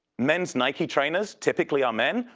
men's nike trainers typically are men,